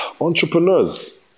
Entrepreneurs